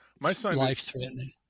life-threatening